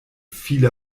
viele